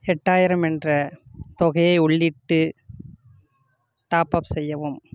எட்டாயிரம் என்ற தொகையை உள்ளிட்டு டாப்அப் செய்யவும்